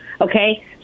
Okay